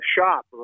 shop